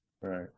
Right